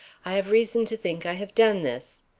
i have reason to think i have done this.